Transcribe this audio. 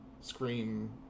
Scream